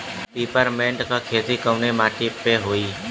Peppermint के खेती कवने माटी पे ठीक होई?